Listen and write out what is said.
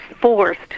forced